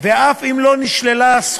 כנוסח הוועדה.